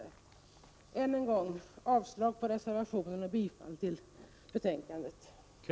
Jag yrkar än en gång avslag på reservationen och bifall till utskottets hemställan.